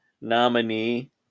nominee